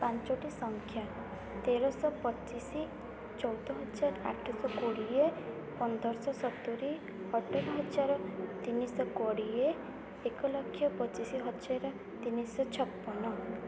ପାଞ୍ଚଟି ସଂଖ୍ୟା ତେରଶହ ପଚିଶି ଚଉଦ ହଜାର ଆଠ ଶହ କୋଡ଼ିଏ ପନ୍ଦର ଶହ ସତୁରୀ ଅଠର ହଜାର ତିନି ଶହ କୋଡ଼ିଏ ଏକ ଲକ୍ଷ ପଚିଶି ହଜାର ତିନି ଶହ ଛପନ